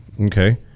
okay